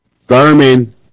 thurman